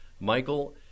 Michael